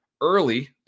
early